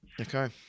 Okay